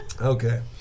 Okay